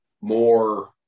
more